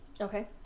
Okay